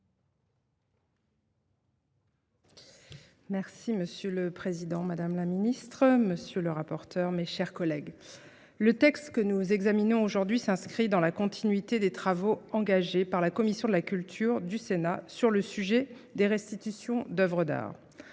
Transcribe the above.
Merci Monsieur le Président, Madame la Ministre, Monsieur le Rapporteur, mes chers collègues. Le texte que nous examinons aujourd'hui s'inscrit dans la continuité des travaux engagés par la Commission de la Culture du Sénat sur le sujet des restitutions d'œuvres d'art.